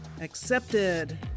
Accepted